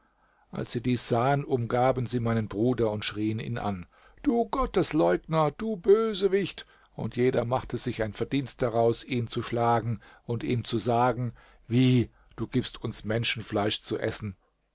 als sie dies sahen umgaben sie meinen bruder und schrieen ihn an du gottesleugner du bösewicht und jeder machte sich ein verdienst daraus ihn zu schlagen und ihm zu sagen wie du gibst uns menschenfleisch zu essen